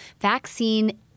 vaccine